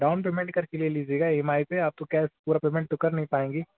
down payment करके ले लीजिएगा ई एम आई पर आप तो कैस पूरा पेमेंट तो कर नहीं पाएँगी